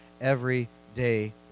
everyday